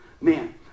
Man